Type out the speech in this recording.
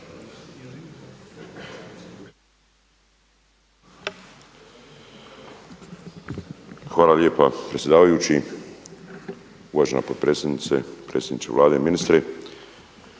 Hvala lijepa predsjedavajući. Uvažena potpredsjednice, predsjedniče Vlade, ministri.